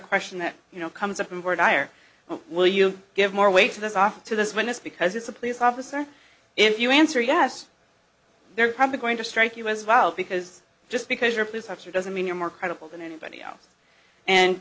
question that you know comes of more dire will you give more weight to this offer to this witness because it's a police officer if you answer yes they're probably going to strike you as well because just because your piece of shit doesn't mean you're more credible than anybody else and